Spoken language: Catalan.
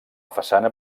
façana